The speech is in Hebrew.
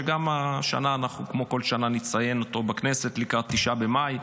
שגם השנה אנחנו כמו כל שנה נציין אותו בכנסת לקראת 9 במאי,